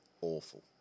awful